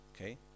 Okay